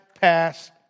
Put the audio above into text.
passed